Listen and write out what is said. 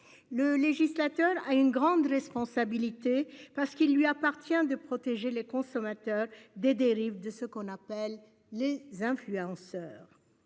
Le législateur a une grande responsabilité, parce qu'il lui appartient de protéger les consommateurs des dérives de ce qu'on appelle les influenceurs.